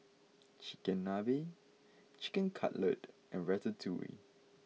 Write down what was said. Chigenabe Chicken Cutlet and Ratatouille